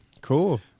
Cool